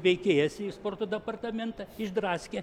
veikėjas į sporto departamentą išdraskė